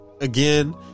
again